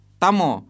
tamo